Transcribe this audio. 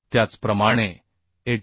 त्याचप्रमाणे Atg